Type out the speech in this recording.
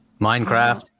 Minecraft